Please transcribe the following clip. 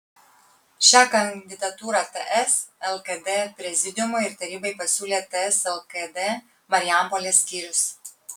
šią kandidatūrą ts lkd prezidiumui ir tarybai pasiūlė ts lkd marijampolės skyrius